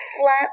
flat